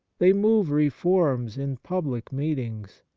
they move reforms in public meetings,